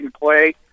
play